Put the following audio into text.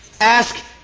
Ask